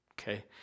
Okay